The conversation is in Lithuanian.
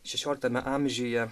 šešioliktame amžiuje